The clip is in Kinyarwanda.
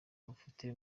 bafite